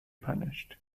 punished